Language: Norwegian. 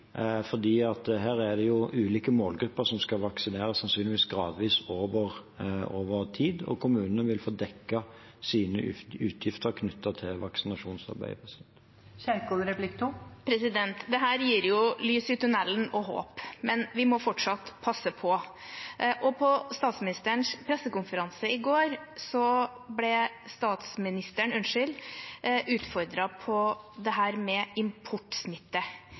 her er det ulike målgrupper som sannsynligvis skal vaksineres gradvis over tid, og kommunene vil få dekket sine utgifter knyttet til vaksinasjonsarbeidet. Dette gir lys i tunnelen og håp, men vi må fortsatt passe på. På statsministerens pressekonferanse i går ble hun utfordret på det med